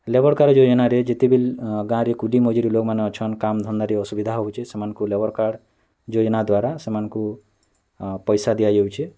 labour card ଯୋଜନାରେ ଯେତେବେଲ୍ ଗାଁରେ କୁଲି ମଜୁରୀ ଲୋକମାନ ଅଛନ୍ କାମ ଧନ୍ଧାରେ ଆସୁବିଧା ହେଉଛି ସେମାନଙ୍କୁ ଲେବର୍ କାର୍ଡ଼ ଯୋଜନା ଦ୍ୱାରା ସେମାନଙ୍କୁ ପଇସା ଦିଆଯାଉଛି